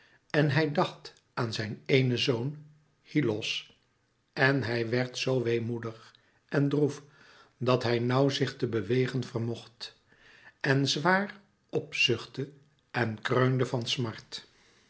en hij dacht aan zijn éénen zoon hyllos en hij werd zoo weemoedig en droef dat hij nauw zich te bewegen vermocht en zwaar p zuchtte en kreunde van smart